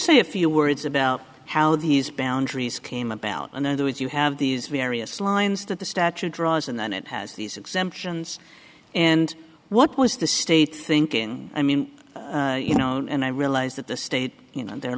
say a few words about how these boundaries came about in other words you have these various lines that the statute draws and then it has these exemptions and what was the state thinking i mean you know and i realize that the state you know there are